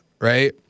right